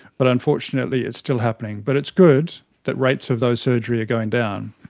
but unfortunately it's still happening. but it's good that rates of those surgeries are going down.